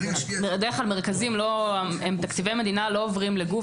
בדרך כלל מרכזים הם תקציבי מדינה, לא עוברים לגוף.